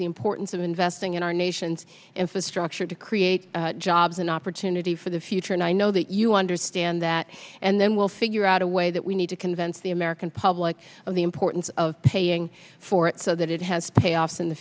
the importance of investing in our nation's infrastructure to create jobs and opportunity for the future and i know that you understand that and then we'll figure out a way that we need to convince the american public of the importance of paying for it so that it has to pay off in the